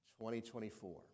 2024